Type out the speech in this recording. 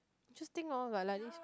interesting orh like like this